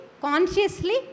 Consciously